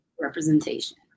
representation